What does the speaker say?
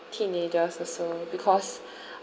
teenagers also because